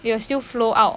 it will still flow out